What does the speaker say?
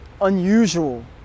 unusual